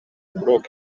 uburoko